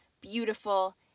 beautiful